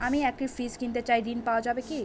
আমি একটি ফ্রিজ কিনতে চাই ঝণ পাওয়া যাবে?